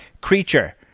creature